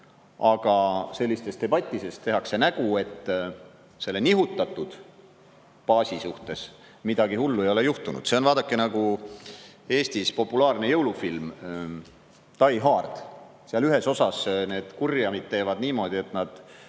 aga debattides tehakse nägu, et selle nihutatud baasi seisukohalt midagi hullu ei ole juhtunud. See on, vaadake, nagu Eestis populaarne jõulufilm "Die Hard". Seal ühes osas need kurjamid teevad niimoodi, et nad